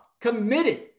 committed